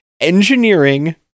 engineering